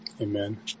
Amen